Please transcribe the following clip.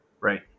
right